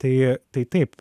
tai tai taip